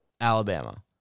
Alabama